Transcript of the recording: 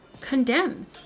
condemns